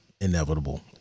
inevitable